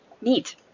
Neat